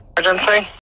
emergency